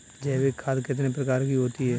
जैविक खाद कितने प्रकार की होती हैं?